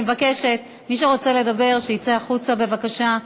אני מבקשת, מי שרוצה לדבר, שיצא החוצה בבקשה.